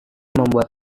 membuat